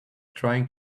trying